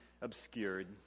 obscured